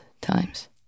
times